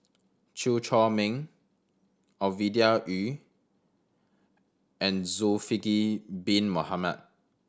Chew Chor Meng Ovidia Yu and Zulkifli Bin Mohamed